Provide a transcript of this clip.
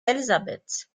elizabeth